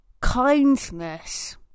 kindness